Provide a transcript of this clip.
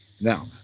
Now